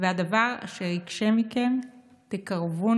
והדבר אשר יקשה מכם תקרִבון